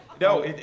No